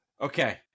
Okay